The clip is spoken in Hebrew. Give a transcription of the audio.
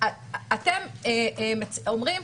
אתם אומרים: